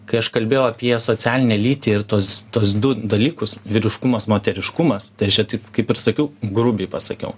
kai aš kalbėjau apie socialinę lytį ir tuos tuos du dalykus vyriškumas moteriškumas tai aš čia taip kaip ir sakiau grubiai pasakiau